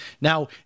Now